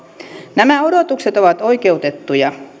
nämä odotukset ovat oikeutettuja